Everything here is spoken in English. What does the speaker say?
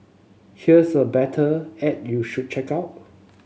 here's a better ad you should check out